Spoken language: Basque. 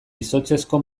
izotzezko